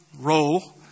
role